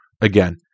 again